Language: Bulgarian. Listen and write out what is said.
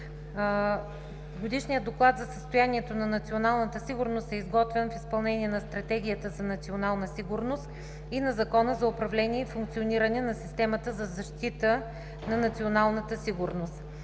Годишният доклад за състоянието на националната сигурност е изготвен в изпълнение на Стратегията за национална сигурност и на Закона за управление и функциониране на системата за защита на националната сигурност.